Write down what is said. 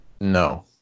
No